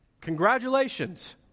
Congratulations